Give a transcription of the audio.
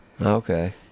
okay